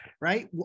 right